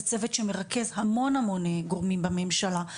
זה צוות שמרכז המון המון גורמים בממשלה,